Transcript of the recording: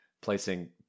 placing